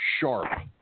sharp